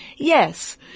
Yes